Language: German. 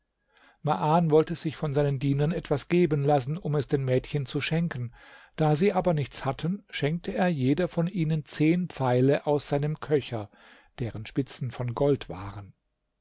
wollte sich von seinen dienern etwas geben lassen um es den mädchen zu schenken da sie aber nichts hatten schenkte er jeder von ihnen zehn pfeile aus seinem köcher deren spitzen von gold waren